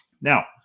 Now